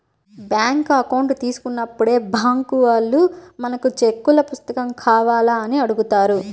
bank account తీసుకున్నప్పుడే bank వాళ్ళు మనకు చెక్కుల పుస్తకం కావాలా అని అడుగుతారు